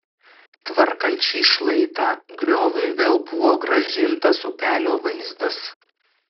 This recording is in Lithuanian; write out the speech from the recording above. tvarkant šį šlaitą grioviui vėl buvo grąžintas upelio vaizdas